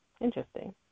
interesting